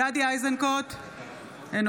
(קוראת בשמות חברי הכנסת) משה אבוטבול,